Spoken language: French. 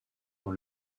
dans